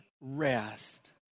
rest